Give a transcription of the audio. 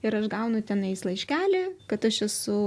ir aš gaunu tenais laiškelį kad aš esu